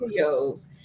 videos